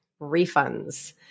refunds